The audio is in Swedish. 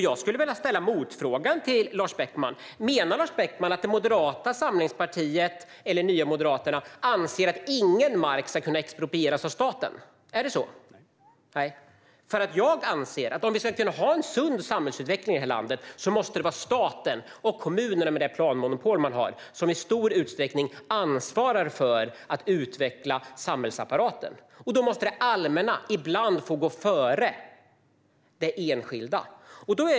Jag skulle vilja ställa en motfråga till Lars Beckman: Menar Lars Beckman att Moderata samlingspartiet eller Nya Moderaterna anser att ingen mark ska kunna exproprieras av staten? Är det så? : Nej.) Jag anser att om vi ska kunna ha en sund samhällsutveckling i det här landet måste det vara staten och kommunerna som, med det planmonopol man har, i stor utsträckning ansvarar för att utveckla samhällsapparaten. Och då måste det allmänna ibland få gå före det enskilda.